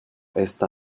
esta